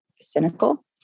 cynical